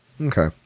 Okay